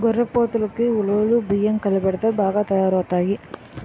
గొర్రెపోతులకి ఉలవలు బియ్యం కలిపెడితే బాగా తయారవుతాయి